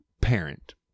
parent